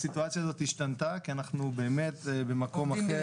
אנחנו באמת במקום אחר.